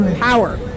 power